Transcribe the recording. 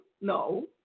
no